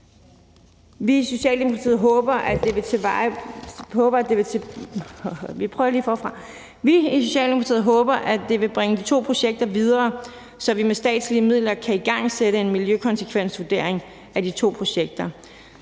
Vi i Socialdemokratiet håber, at det vil bringe de to projekter videre, så vi med statslige midler kan igangsætte en miljøkonsekvensvurdering af de to projekter.